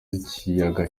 ikiyaga